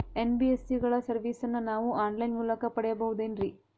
NBSC ಗಳ ಸರ್ವಿಸನ್ನ ನಾವು ಆನ್ ಲೈನ್ ಮೂಲಕ ಪಡೆಯಬಹುದೇನ್ರಿ?